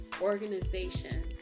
organization